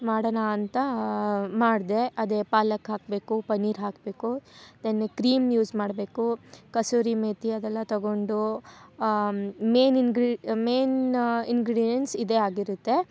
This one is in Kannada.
ಮಾಡಣ ಅಂತ ಮಾಡಿದೆ ಅದೇ ಪಾಲಕ್ ಹಾಕಬೇಕು ಪನ್ನಿರ್ ಹಾಕಬೇಕು ದೆನ್ ಕ್ರೀಮ್ ಯೂಸ್ ಮಾಡಬೇಕು ಕಸೂರಿ ಮೇಥಿ ಅದೆಲ್ಲ ತಗೊಂಡು ಮೇನ್ ಇನ್ಗ್ರಿ ಮೇನ್ ಇಂಗ್ರಿಡಿಯನ್ಸ್ ಇದೇ ಆಗಿರುತ್ತೆ